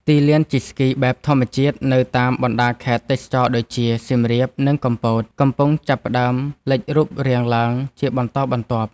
ទីលានជិះស្គីបែបធម្មជាតិនៅតាមបណ្ដាខេត្តទេសចរណ៍ដូចជា សៀមរាប និងកំពត កំពុងចាប់ផ្ដើមលេចរូបរាងឡើងជាបន្តបន្ទាប់។